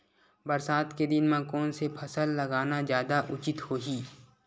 बरसात के दिन म कोन से फसल लगाना जादा उचित होही?